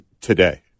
today